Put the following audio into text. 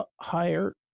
higher